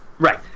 Right